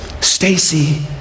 Stacy